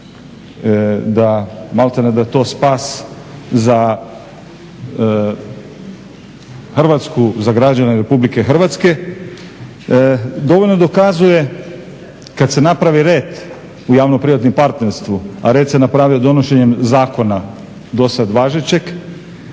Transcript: da maltene da je to spas za Hrvatsku, za građane RH dovoljno dokazuje kad se napravi red u javno-privatnom partnerstvu, a red se napravio donošenjem zakona dosad važećeg